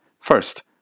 First